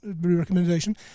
recommendation